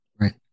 right